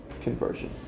conversion